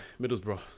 Middlesbrough